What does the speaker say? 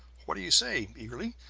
what do you say, eagerly,